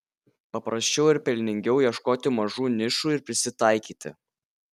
paprasčiau ir pelningiau ieškoti mažų nišų ir prisitaikyti